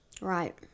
Right